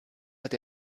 hat